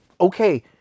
okay